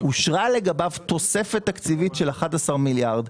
אושרה לגביו תוספת תקציבית של 11 מיליארד.